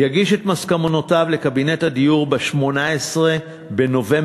יגיש את מסקנותיו לקבינט הדיור ב-18 בנובמבר,